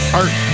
art